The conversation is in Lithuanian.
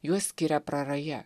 juos skiria praraja